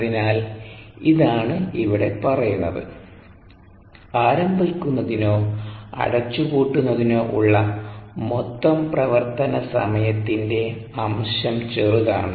അതിനാൽ ഇതാണ് ഇവിടെ പറയുന്നത് ആരംഭിക്കുന്നതിനോ അടച്ചുപൂട്ടുന്നതിനോ ഉള്ള മൊത്തം പ്രവർത്തന സമയത്തിന്റെ അംശം ചെറുതാണ്